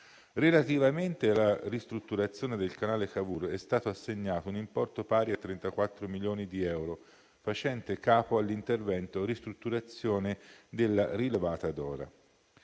Relativamente alla ristrutturazione del canale Cavour, è stato assegnato un importo pari a 34 milioni di euro facente capo all'intervento di ristrutturazione della Rilevata Dora.